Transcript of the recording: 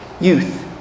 youth